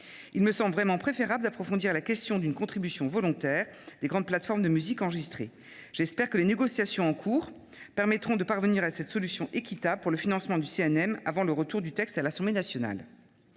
Il me semble vraiment préférable d’approfondir la question d’une contribution volontaire des grandes plateformes de musique enregistrée. J’espère que les négociations en cours permettront de parvenir à cette solution équitable pour le financement du CNM avant le retour du texte à l’Assemblée nationale.